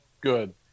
good